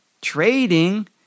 trading